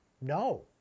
no